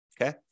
okay